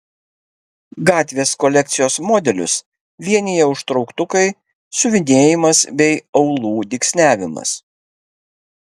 gatvės kolekcijos modelius vienija užtrauktukai siuvinėjimas bei aulų dygsniavimas